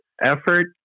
effort